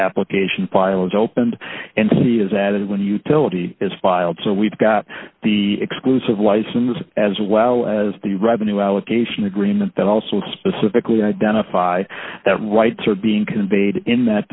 application file is opened and c is added when utility is filed so we've got the exclusive weismann's as well as the revenue allocation agreement that also specifically identify that rights are being conveyed in that